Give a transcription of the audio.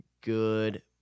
good